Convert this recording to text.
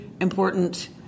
important